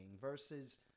versus